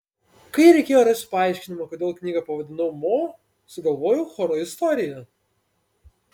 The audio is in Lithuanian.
kai reikėjo rasti paaiškinimą kodėl knygą pavadinau mo sugalvojau choro istoriją